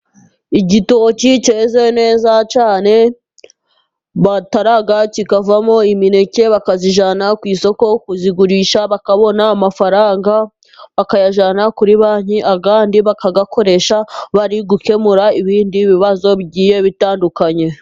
Igitoki cyeze neza cyane batara kikavamo imineke, bakayijyana ku isoko kuyigurisha, bakabona amafaranga bakayajyana kuri Banki, ayandi bakayakoresha bari gukemura ibindi bibazo bigiye bitandukanye.